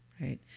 Right